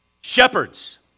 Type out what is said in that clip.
Shepherds